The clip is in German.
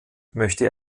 möchte